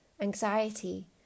anxiety